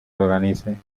organice